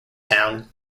town